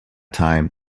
time